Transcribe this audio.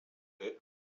the